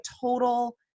total